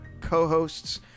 co-hosts